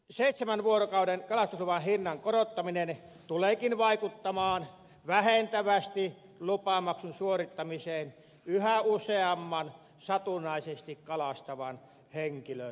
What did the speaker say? seitsemän vuorokauden kalastusluvan hinnan korottaminen tuleekin vaikuttamaan vähentävästi lupamaksun suorittamiseen yhä useamman satunnaisesti kalastavan henkilön osalta